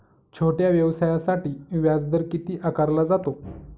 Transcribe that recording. छोट्या व्यवसायासाठी व्याजदर किती आकारला जातो?